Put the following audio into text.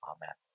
Amen